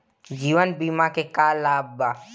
जीवन बीमा के का लाभ बा?